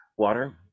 water